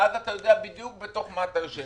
אז אתה יודע בדיוק בתוך מה אתה יושב.